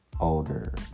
older